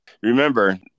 Remember